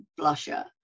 blusher